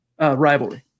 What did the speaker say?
rivalry